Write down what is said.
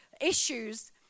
issues